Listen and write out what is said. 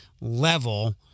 level